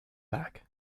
back